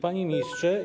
Panie Ministrze!